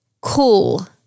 cool